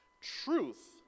Truth